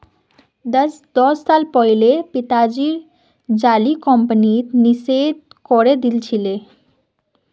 दस साल पहले पिताजी जाली कंपनीत निवेश करे दिल छिले